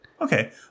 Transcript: Okay